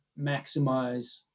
maximize